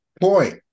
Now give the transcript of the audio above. point